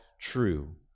true